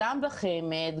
בחמ"ד,